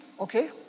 okay